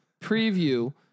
preview